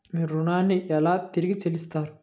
మీరు ఋణాన్ని ఎలా తిరిగి చెల్లిస్తారు?